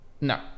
No